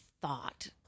thought